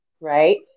right